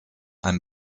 ein